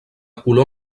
color